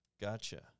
Gotcha